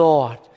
Lord